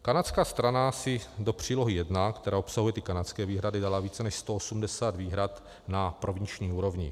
Kanadská strana si do přílohy 1, která obsahuje ty kanadské výhrady, dala více než 180 výhrad na provinční úrovni.